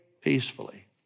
peacefully